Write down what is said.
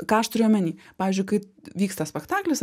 ką aš turiu omeny pavyzdžiui kai vyksta spektaklis